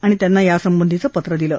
आणि त्यांना यासंबधीचं पत्र दिलं